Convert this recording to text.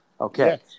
Okay